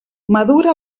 madura